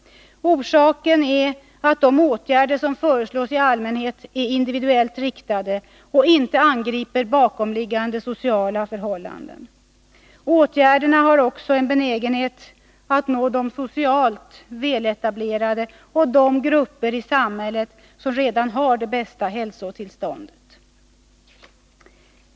Orsaken är att de åtgärder som föreslås i allmänhet är individuellt riktade och inte angriper bakomliggande sociala förhållanden. Åtgärderna har också en benägenhet att nå de socialt väletablerade och de grupper i samhället som redan har det bästa hälsotillståndet.